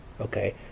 Okay